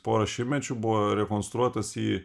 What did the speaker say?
porą šimtmečių buvo rekonstruotas į